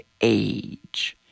age